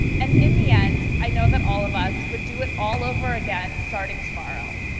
and in the end, i know that all of us would do it all over again starting tomorrow.